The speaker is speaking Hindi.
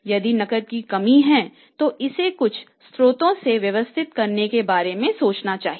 यदि नकद की कमी है तो इसे कुछ स्रोतों से व्यवस्थित करने के बारे में सोचें